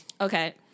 Okay